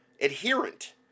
adherent